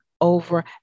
over